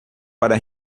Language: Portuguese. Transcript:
para